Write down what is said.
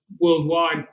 worldwide